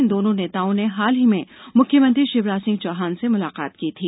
इन दोनों नेताओं ने हाल ही में मुख्यमंत्री ष्विराज सिंह चौहान से मुलाकात की थी